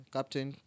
Captain